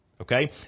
Okay